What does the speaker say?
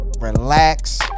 relax